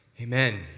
Amen